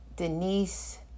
Denise